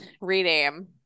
Rename